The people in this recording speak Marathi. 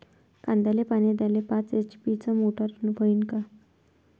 कांद्याले पानी द्याले पाच एच.पी ची मोटार मोटी व्हईन का?